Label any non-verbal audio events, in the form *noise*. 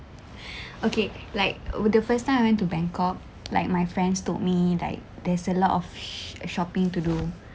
*breath* okay like when the first time I went to bangkok like my friends told me like there's a lot of sh~ shopping to do